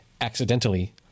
accidentally